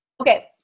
Okay